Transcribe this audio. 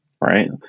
right